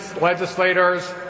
Legislators